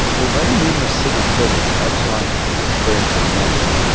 although numerous civil servants have scientific experience and knowledge,